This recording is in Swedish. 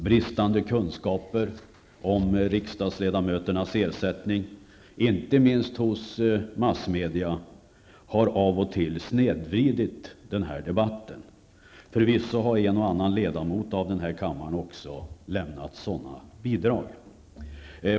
Bristande kunskaper om riksdagsledamöternas ersättning, inte minst hos massmedia, har av och till snedvridit debatten. Förvisso har också en och annan av kammarens ledamöter lämnat sådana bidrag.